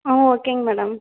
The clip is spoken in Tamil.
ஆ ஓகேங்க மேடம்